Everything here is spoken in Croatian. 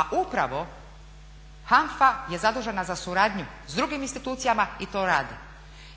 a upravo HANFA je zadužena za suradnju s drugim institucijama i to radi